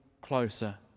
closer